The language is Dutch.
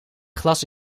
glas